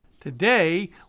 Today